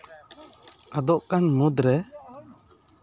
ᱟᱫᱚᱜ ᱠᱟᱱ ᱢᱩᱫᱽᱨᱮ